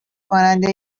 کننده